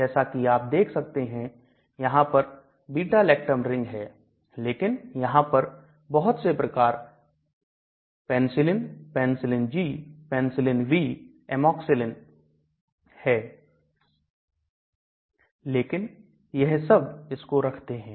जैसा कि आप देख सकते हैं यहां पर Beta lactam रिंग है लेकिन यहां पर बहुत से प्रकार Penicillin Penicillin G Penicillin V Amoxicillin हैं लेकिन यह सब इसको रखते हैं